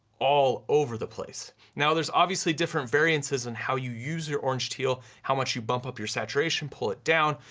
all over the place. now there's obviously different variances on and how you use your orange, teal, how much you bump up your saturation, pull it down,